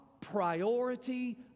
priority